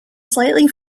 slightly